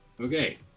okay